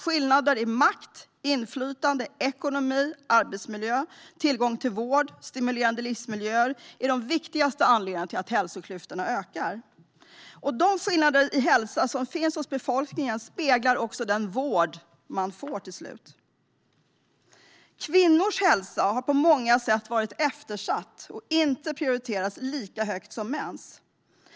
Skillnader i makt och inflytande, ekonomi och arbetsmiljö samt tillgång till vård och stimulerande livsmiljöer är de viktigaste orsakerna till att hälsoklyftorna ökar. De skillnader i hälsa som finns hos befolkningen speglar också den vård man får. Kvinnors hälsa har på många sätt varit eftersatt och inte prioriterats lika högt som mäns.